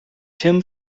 tim